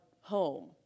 home